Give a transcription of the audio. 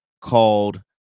called